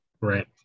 right